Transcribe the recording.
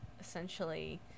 essentially